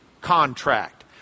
contract